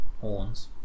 horns